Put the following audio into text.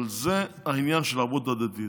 אבל זה העניין של הערבות הדדית.